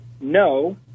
no